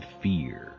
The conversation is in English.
fear